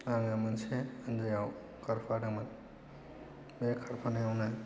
आङो मोनसे हानजायाव खारफादोंमोन बे खारफानायावनो